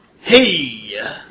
Hey